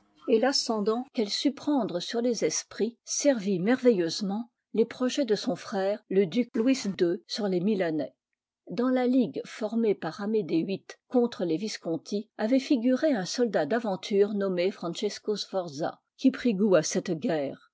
et moribns modestisdigitized by google sut prendre sur les esprits servit merveilleusement les projets de son frère le duc luis ii sur les milanais dans la ligue formée par amédée viii contre les visconti avait figuré un soldat d'aventure nommé francesco sforza qui prit goût à cette guerre